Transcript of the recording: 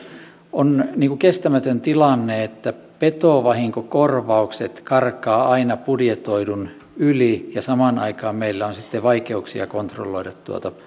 on kestämätön tilanne että petovahinkokorvaukset karkaavat aina budjetoidun yli ja samaan aikaan meillä on vaikeuksia kontrolloida